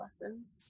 lessons